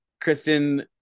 Kristen